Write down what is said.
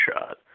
shot